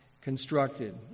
constructed